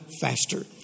Faster